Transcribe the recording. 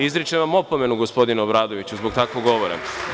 Izričem vam opomenu, gospodine Obradoviću, zbog takvog govora.